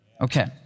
Okay